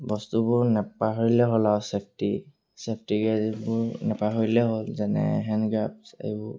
বস্তুবোৰ নেপাহৰিলে হ'ল আৰু ছেফটি ছেফটি গেজেটবোৰ নেপাহৰিলে হ'ল যেনে হেণ্ড গ্লাভ্ছ এইবোৰ